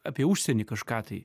apie užsienį kažką tai